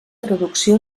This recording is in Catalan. traducció